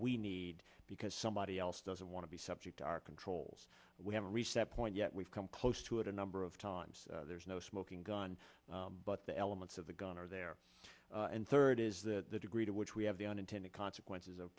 we need because somebody else doesn't want to be subject to our controls we have a reset point yet we've come close to it a number of times there's no smoking gun but the elements of the gun are there and third is the degree to which we have the unintended consequences of